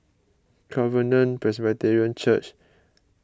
Covenant Presbyterian Church Jalan Merbok and Desker Road